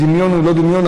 הדמיון הוא לא דמיון,